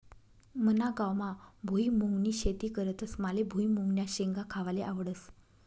मना गावमा भुईमुंगनी शेती करतस माले भुईमुंगन्या शेंगा खावाले आवडस